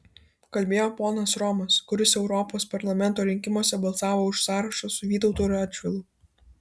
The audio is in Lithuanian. kalbėjo ponas romas kuris europos parlamento rinkimuose balsavo už sąrašą su vytautu radžvilu